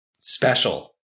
special